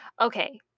Okay